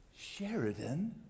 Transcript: Sheridan